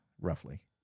roughly